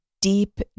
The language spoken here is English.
deep